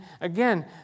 again